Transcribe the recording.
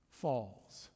falls